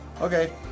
Okay